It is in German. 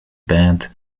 band